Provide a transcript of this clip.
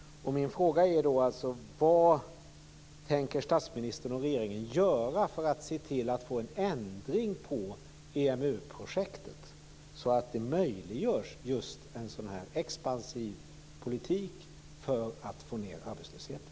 Min fråga är då: Vad tänker statsministern och regeringen göra för att se till att få en ändring på EMU-projektet så att det möjliggörs just en expansiv politik för att få ned arbetslösheten?